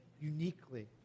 uniquely